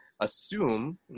assume